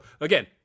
Again